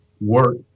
work